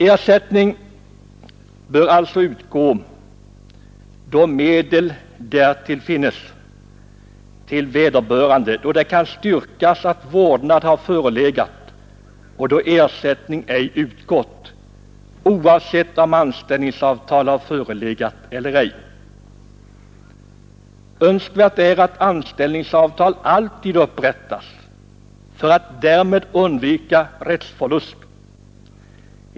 Då det finns medel härför, bör ersättning alltid utgå till den vårdande när det kan styrkas att vårdnad verkligen har förelegat och ersättning inte har utgått, och detta oavsett om anställningsavtal har funnits eller inte. För att undvika rättsförluster är det önskvärt att anställningsavtal alltid upprättas.